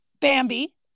Bambi